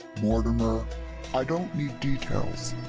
mortimer i don't need details.